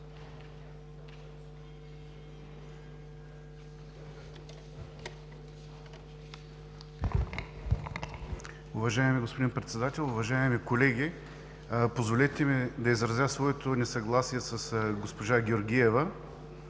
Уважаеми господин Председател, уважаеми колеги! Позволете ми да изразя своето несъгласие с госпожа Георгиева.